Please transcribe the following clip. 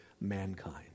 mankind